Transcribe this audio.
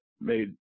made